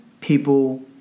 people